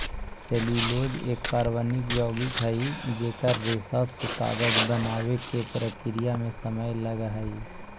cellulose एक कार्बनिक यौगिक हई जेकर रेशा से कागज बनावे के प्रक्रिया में समय लगऽ हई